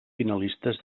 finalistes